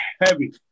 Heavy